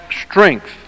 strength